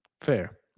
Fair